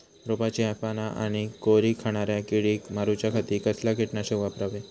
रोपाची पाना आनी कोवरी खाणाऱ्या किडीक मारूच्या खाती कसला किटकनाशक वापरावे?